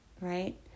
right